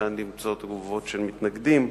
ניתן למצוא תגובות של מתנגדים.